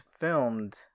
filmed